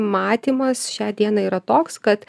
matymas šią dieną yra toks kad